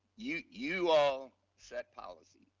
you you all set policy,